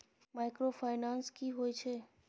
Microfinance की होय छै?